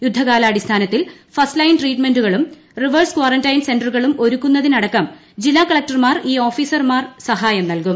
യുദ്ധകാലാടിസ്ഥാനത്തിൽ ഫസ്റ്റ്ലൈൻ ട്രീറ്റ്മെൻററുകളും reverse quarantine സെൻററുകളും ഒരുക്കുന്നതിനടക്കം ജീല്ലാ കലക്ടർമാർക്ക് ഈ ഓഫീസർമാർ സഹായം നൽകും